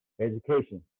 education